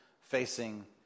facing